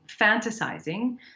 fantasizing